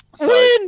Win